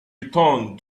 returned